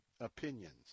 opinions